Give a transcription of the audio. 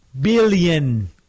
billion